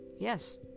yes